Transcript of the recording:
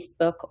Facebook